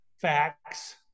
facts